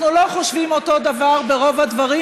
אנחנו לא חושבים אותו דבר ברוב הדברים,